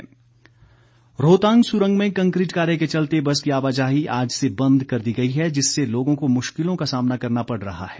मांग रोहतांग सुरंग में कंकरीट कार्य के चलते बस की आवाजाही आज से बंद कर दी गई है जिससे लोगों को मुश्किलों का सामना करना पड़ रहा है